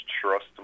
trust